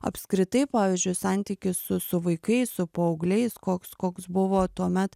apskritai pavyzdžiui santykis su su vaikais su paaugliais koks koks buvo tuomet